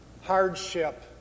hardship